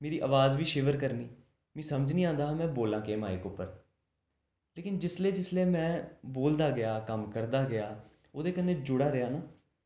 मेरी आवाज बी शिविर करनी मिगी समझ निं औंदा हा में बोल्लां केह् माइक उप्पर लेकिन जिसलै जिसलै में बोलदा गेआ कम्म करदा गेआ ओह्दे कन्ने जुड़ा रेहा न